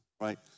right